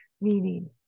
meaning